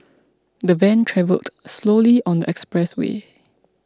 the van travelled slowly on the expressway